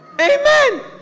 Amen